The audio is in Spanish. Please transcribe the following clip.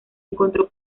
encontró